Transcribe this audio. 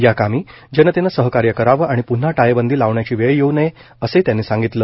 या कामी जनतेनं सहकार्य करावं आणि पुन्हा टाळेबंदी लावण्याची वेळ येऊ नये असंही त्यांनी सागितलं